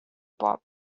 bob